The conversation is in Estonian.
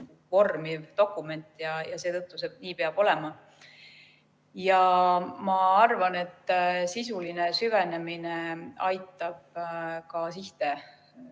vormiv dokument ja seetõttu see peab nii olema. Ma arvan, et sisuline süvenemine aitab ka sihte